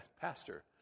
Pastor